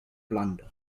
blunder